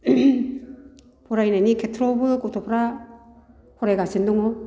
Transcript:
फरायनायनि खेथ्र'आवबो गथ'फ्रा फरायगासिनो दङ